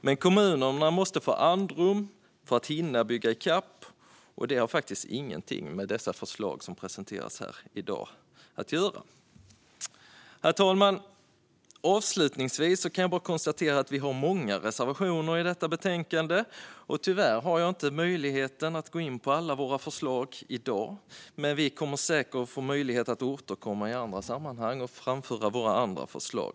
Men kommunerna måste få andrum för att hinna bygga i kapp, och det har faktiskt inget med de förslag som presenteras här i dag att göra. Herr talman! Avslutningsvis konstaterar jag att vi har många reservationer men att jag tyvärr inte har möjlighet att gå in på alla våra förslag. Men vi kommer säkert att få möjlighet att återkomma i andra sammanhang och framföra våra andra förslag.